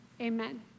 Amen